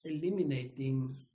eliminating